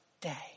day